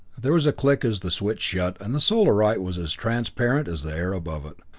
there was a click as the switch shut, and the solarite was as transparent as the air above it.